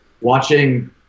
watching